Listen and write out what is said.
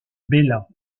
bella